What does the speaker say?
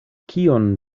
kion